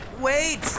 wait